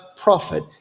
prophet